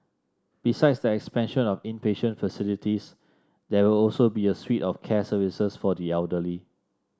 besides the expansion of inpatient facilities there will also be a suite of care services for the elderly